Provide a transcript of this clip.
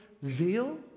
Zeal